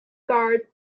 garde